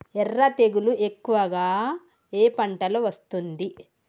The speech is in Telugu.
ఎర్ర తెగులు ఎక్కువగా ఏ పంటలో వస్తుంది?